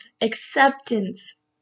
acceptance